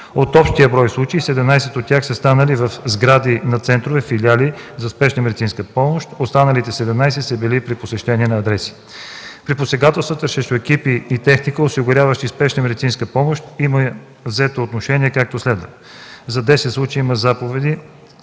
От общия брой случаи – 17 от тях са станали в сгради на центрове, филиали за Спешна медицинска помощ, останалите 17 са били при посещения на адреси. При посегателствата срещу екипи и техника, осигуряващи спешна медицинска помощ, има взето отношение, както следва: за десет случая има заповеди